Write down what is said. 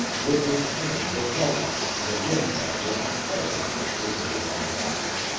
woodward kane withheld it and again that look of pleasure was visible in his eyes.